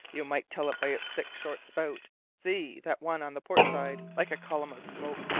you might tell it by its thick, short spout. see, that one on the port side, like a column of smoke,